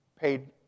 paid